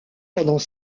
pendant